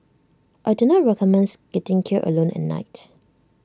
I do not recommends skating here alone at night